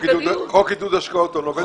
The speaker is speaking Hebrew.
חוק עידוד השקעות הון עובד כך.